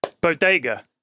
Bodega